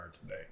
today